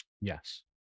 Yes